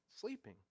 sleeping